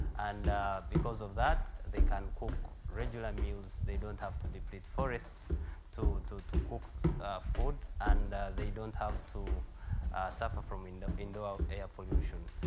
and because of that, they can cook regular meals. they don't have to deplete forests to to cook food, and they don't have to suffer from indoor indoor air pollution.